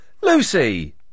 Lucy